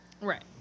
Right